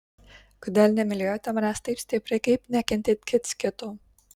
kodėl nemylėjote manęs taip stipriai kaip nekentėt kits kito